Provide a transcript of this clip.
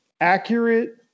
accurate